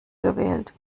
gewählt